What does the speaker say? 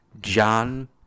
John